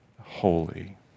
holy